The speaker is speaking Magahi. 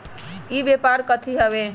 ई व्यापार कथी हव?